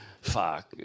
Fuck